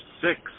six